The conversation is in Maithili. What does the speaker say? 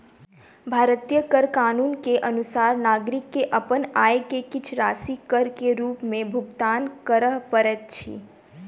भारतीय कर कानून के अनुसार नागरिक के अपन आय के किछ राशि कर के रूप में भुगतान करअ पड़ैत अछि